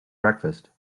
breakfast